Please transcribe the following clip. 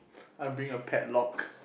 I bring a padlock